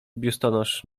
biustonosz